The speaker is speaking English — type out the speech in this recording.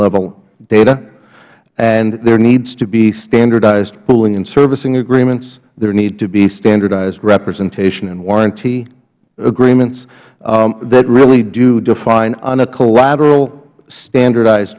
level data and there needs to be standardized pooling and servicing agreements there need to be standardized representation and warranty agreements that really do define on a collateral standardized